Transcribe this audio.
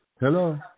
Hello